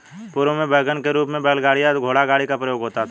पूर्व में वैगन के रूप में बैलगाड़ी या घोड़ागाड़ी का प्रयोग होता था